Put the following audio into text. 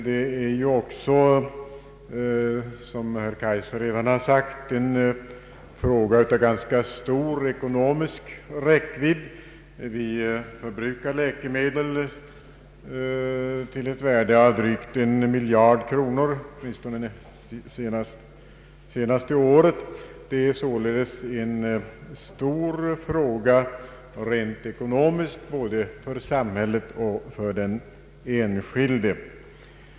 Det är också som herr Kaijser redan sagt en fråga av ganska stor ekonomisk räckvidd. Vi förbrukar årligen läkemedel till ett värde av drygt en miljard kronor, åtminstone var det så det senaste året. Det är således en stor fråga, rent ekonomiskt, både för samhället och för den enskilde.